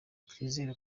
twizera